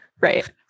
right